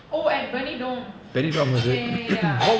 oh at benny dome ya ya ya ya